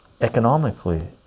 Economically